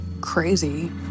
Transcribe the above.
crazy